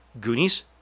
Goonies